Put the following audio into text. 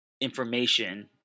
information